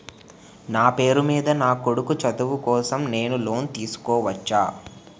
నా పేరు మీద నా కొడుకు చదువు కోసం నేను లోన్ తీసుకోవచ్చా?